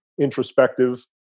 introspective